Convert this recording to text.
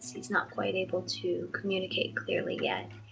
he's not quite able to communicate clearly yet.